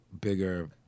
bigger